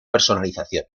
personalización